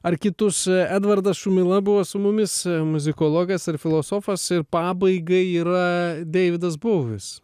ar kitus edvardas šumila buvo su mumis muzikologas ir filosofas ir pabaigai yra deividas bouvis